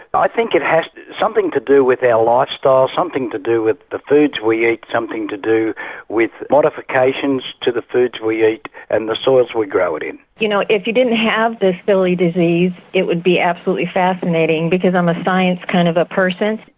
but i think it has something to do with our lifestyle, something to do with the foods we eat, something to do with modifications to the foods we eat and the soils we grow it in. you know if you didn't have this silly disease it would be absolutely fascinating because i'm a science kind of a person.